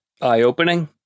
eye-opening